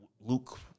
Luke